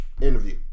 Interview